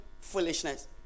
foolishness